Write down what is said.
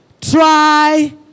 try